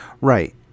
Right